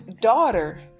daughter